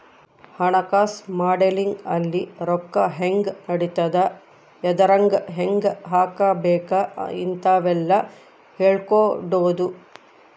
ಹಣಕಾಸು ಮಾಡೆಲಿಂಗ್ ಅಲ್ಲಿ ರೊಕ್ಕ ಹೆಂಗ್ ನಡಿತದ ಎದ್ರಾಗ್ ಹೆಂಗ ಹಾಕಬೇಕ ಇಂತವೆಲ್ಲ ಹೇಳ್ಕೊಡೋದು